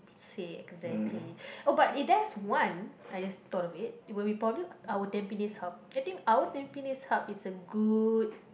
say exactly oh but it there's one I just thought of it it be probably our tampines Hub I think our tampines Hub is a good